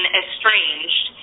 estranged